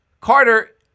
Carter